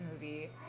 movie